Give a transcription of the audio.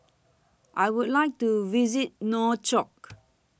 I Would like to visit Nouakchott